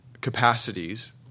capacities